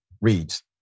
reads